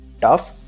tough